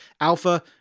alpha